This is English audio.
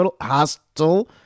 Hostel